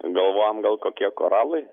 galvojam gal kokie koralai